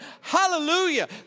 Hallelujah